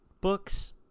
books